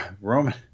Roman